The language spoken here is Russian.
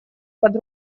под